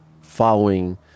following